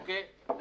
אמרו 30 מיליון.